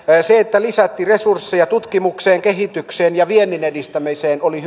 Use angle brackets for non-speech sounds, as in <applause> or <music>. se että lisättiin resursseja tutkimukseen kehitykseen ja viennin edistämiseen oli <unintelligible>